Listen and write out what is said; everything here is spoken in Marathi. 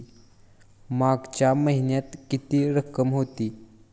मागच्या महिन्यात किती रक्कम होती?